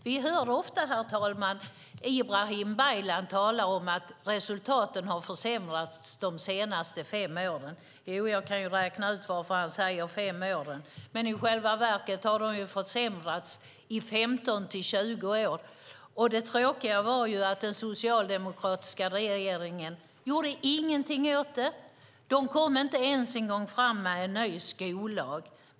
Vi hör, herr talman, ofta Ibrahim Baylan tala om att resultaten har försämrats de senaste fem åren. Jag kan räkna ut varför han talar om fem år. I själva verket har de försämrats i 15-20 år. Det tråkiga var att den socialdemokratiska regeringen inte gjorde någonting åt det. De kom inte ens fram med en ny skollag.